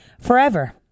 forever